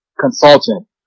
consultant